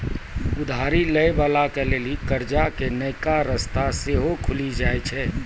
उधारी लै बाला के लेली कर्जा के नयका रस्ता सेहो खुलि जाय छै